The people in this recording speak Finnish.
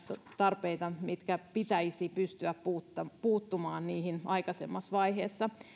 tarpeita joihin pitäisi pystyä puuttumaan puuttumaan aikaisemmassa vaiheessa